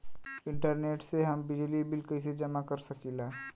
Internet से हम बिजली बिल कइसे जमा कर सकी ला?